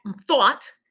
thought